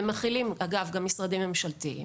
ואגב גם משרדי ממשלה,